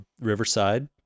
riverside